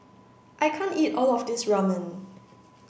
I can't eat all of this Ramen